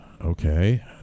okay